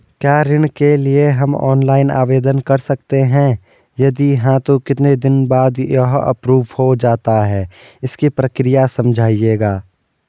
क्या ऋण के लिए हम ऑनलाइन आवेदन कर सकते हैं यदि हाँ तो कितने दिन बाद यह एप्रूव हो जाता है इसकी प्रक्रिया समझाइएगा?